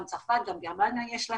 גם לצרפת וגם לגרמניה יש,